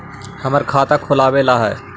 हमरा खाता खोलाबे ला है?